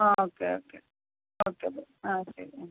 ആ okay okay okay bye ആ ശരി ആ